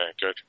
good